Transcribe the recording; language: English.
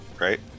Right